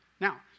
Now